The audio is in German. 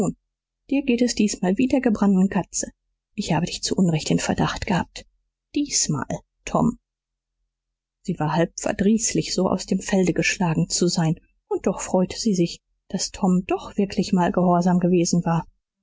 dir geht es diesmal wie der gebrannten katze ich habe dich zu unrecht in verdacht gehabt diesmal tom sie war halb verdrießlich so aus dem felde geschlagen zu sein und doch freute sie sich daß tom doch wirklich mal gehorsam gewesen war